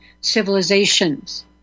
civilizations